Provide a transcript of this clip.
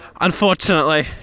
unfortunately